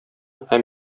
һәм